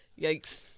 yikes